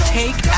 take